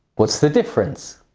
what's the difference?